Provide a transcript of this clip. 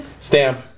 Stamp